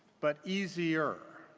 but easier.